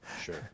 Sure